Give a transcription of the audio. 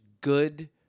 good